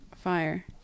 fire